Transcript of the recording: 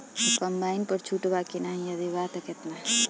Combine पर छूट बा की नाहीं यदि बा त केतना?